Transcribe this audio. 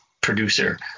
producer